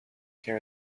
care